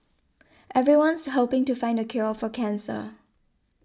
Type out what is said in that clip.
everyone's hoping to find the cure for cancer